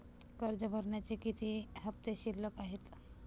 कर्ज भरण्याचे किती हफ्ते शिल्लक आहेत?